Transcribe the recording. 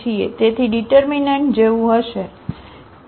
તેથી ડીટરમીનન્ટજેવું હશે